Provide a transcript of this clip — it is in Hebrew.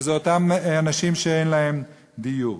ואלו אותם אנשים שאין להם דיור.